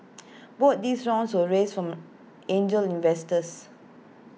both these rounds were raised from angel investors